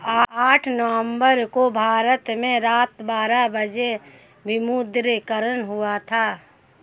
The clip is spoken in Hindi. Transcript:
आठ नवम्बर को भारत में रात बारह बजे विमुद्रीकरण हुआ था